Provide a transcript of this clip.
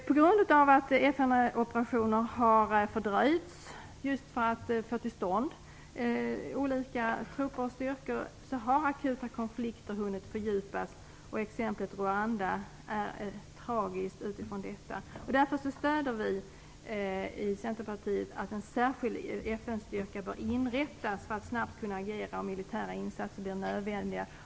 På grund av att FN-operationer har fördröjts just för att få till stånd olika trupper och styrkor har akuta konflikter hunnit fördjupas. Rwanda är ett tragiskt exempel på detta. Därför stöder vi i Centerpartiet att en särskild FN-styrka inrättas för att snabbt kunna agera om militära insatser blir nödvändiga.